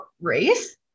race